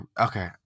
Okay